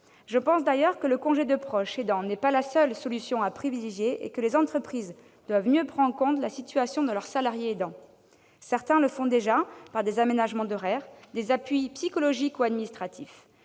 Je pense d'ailleurs que le congé de proche aidant n'est pas la seule solution à privilégier et que les entreprises doivent mieux prendre en compte la situation de leurs salariés aidants. Certaines le font déjà par des aménagements d'horaires, des appuis psychologiques ou administratifs.